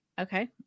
Okay